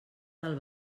del